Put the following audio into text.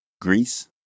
Greece